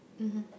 mmhmm